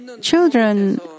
Children